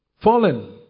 Fallen